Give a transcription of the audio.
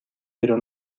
pero